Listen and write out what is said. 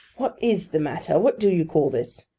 what is the matter? what do you call this